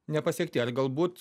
nepasiekti ar galbūt